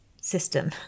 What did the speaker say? system